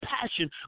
passion